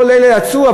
כל הדברים האלה יצאו.